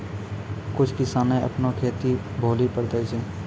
कुछ किसाने अपनो खेतो भौली पर दै छै